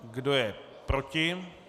Kdo je proti?